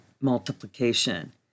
multiplication